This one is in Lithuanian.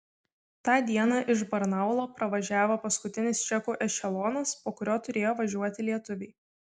tą dieną iš barnaulo pravažiavo paskutinis čekų ešelonas po kurio turėjo važiuoti lietuviai